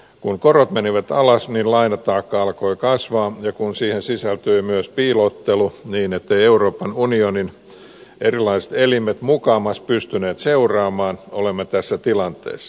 kun korot menivät alas lainataakka alkoi kasvaa ja kun siihen sisältyi myös piilottelu niin etteivät euroopan unionin erilaiset elimet mukamas pystyneet seuraamaan olemme tässä tilanteessa